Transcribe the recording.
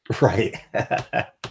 right